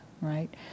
right